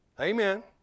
Amen